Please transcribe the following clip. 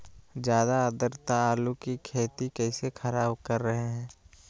ज्यादा आद्रता आलू की खेती कैसे खराब कर रहे हैं?